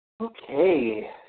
Okay